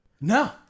No